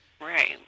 right